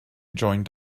joined